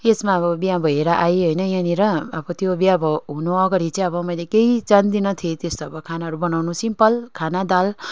यसमा अब बिहा भएर आएँ होइन यहाँनिर त्यो बिहा भयो हुनु अगाडि चाहिँ अब मैले केही जान्दिनँ थिएँ त्यस्तो अब खानाहरू बनाउनु सिम्पल खाना दाल